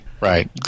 Right